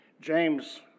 James